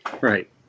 Right